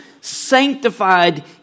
sanctified